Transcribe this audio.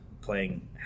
playing